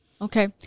Okay